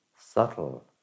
subtle